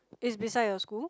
is beside your school